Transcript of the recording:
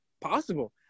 possible